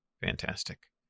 Fantastic